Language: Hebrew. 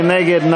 מי נגד?